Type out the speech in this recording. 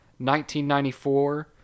1994